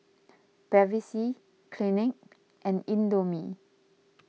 Bevy C Clinique and Indomie